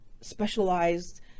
specialized